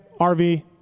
RV